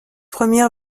première